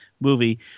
movie